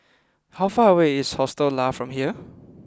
how far away is Hostel Lah from here